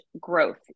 growth